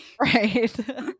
Right